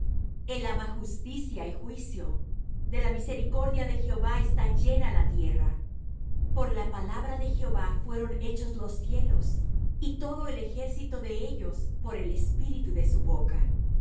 el ama justicia y juicio de la misericordia de jehová está llena la tierra por la palabra de jehová fueron hechos los cielos y todo el ejército de ellos por el espíritu de su boca